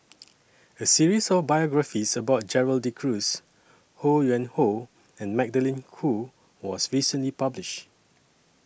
A series of biographies about Gerald De Cruz Ho Yuen Hoe and Magdalene Khoo was recently published